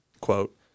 quote